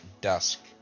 dusk